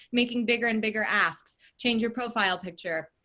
making bigger and bigger asks. change your profile picture,